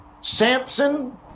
samson